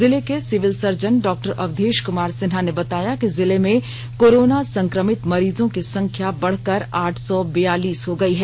जिले के civil surgeon डॉ अवधेश क्मार सिन्हा ने बताया कि जिले में कोरोना संक्रमित मरीजो की संख्या बढ़कर आठ सौ बियालीस हो गई है